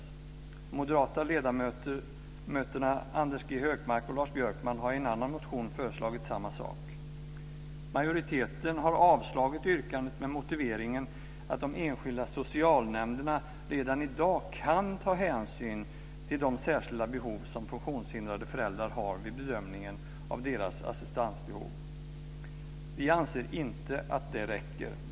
De moderata ledamöterna Anders G Högmark och Lars Björkman har i en annan motion förslagit samma sak. Majoriteten har avstyrkt yrkandet med motiveringen att de enskilda socialnämnderna redan i dag kan ta hänsyn till de särskilda behov som funktionshindrade föräldrar har vid bedömningen av deras assistansbehov. Vi anser inte att det räcker.